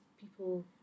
people